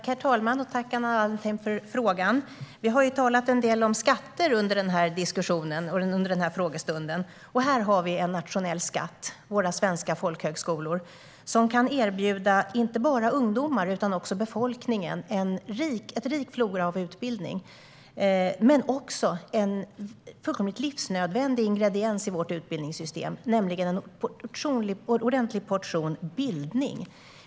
Herr talman! Tack, Anna Wallentheim, för frågan! Vi har talat en del om skatter under denna frågestund. Här har vi en nationell skatt - våra svenska folkhögskolor - som kan erbjuda inte bara ungdomar utan även den övriga befolkningen en rik flora av utbildningar. Folkhögskolorna kan också erbjuda en fullkomligt livsnödvändig ingrediens i vårt utbildningssystem, nämligen en ordentlig portion bildning.